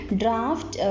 draft